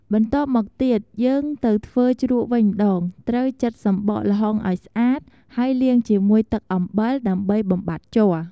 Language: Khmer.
បន្ទាប់មកទៀតយើងទៅធ្វើជ្រក់វិញម្តង ត្រូវចិតសំបកល្ហុងឲ្យស្អាត ហើយលាងជាមួយទឹកអំបិល ដើម្បីបំបាត់ជ័រ។